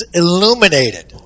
illuminated